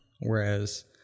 whereas